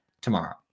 tomorrow